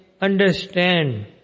understand